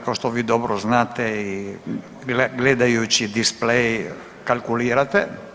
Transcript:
Kao što vi dobro znate i gledajući displej kalkulirate.